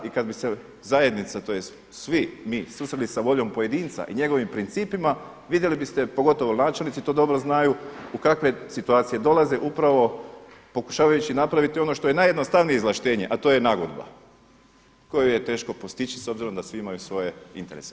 I kada bi se zajednica tj. svi mi susreli sa voljom pojedinca i njegovim principima, vidjeli biste pogotovo načelnici to dobro znaju u kakve situacije dolaze upravo pokušavajući napraviti ono što je najjednostavnije izvlaštenje, a to je nagodba koju je teško postići s obzirom da svi imaju svoje interese.